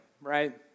right